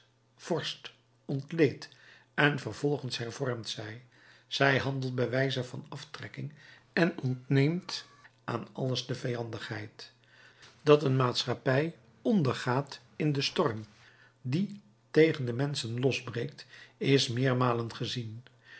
vorscht ontleedt en vervolgens hervormt zij zij handelt bij wijze van aftrekking en ontneemt aan alles de vijandigheid dat een maatschappij ondergaat in den storm die tegen de menschen losbreekt is meermalen gezien